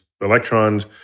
electrons